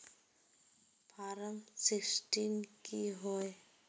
Form sixteen की होय?